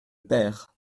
perds